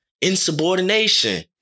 insubordination